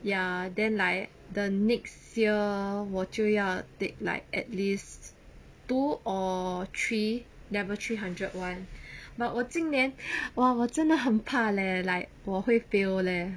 ya then like the next year 我就要 take like at least two or three level three hundred one but 我今年 !wah! 我真的很怕 leh like 我会 fail leh